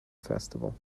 festival